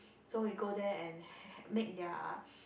so we go there and make their